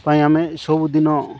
ପାଇଁ ଆମେ ସବୁଦିନ